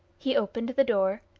he opened the door,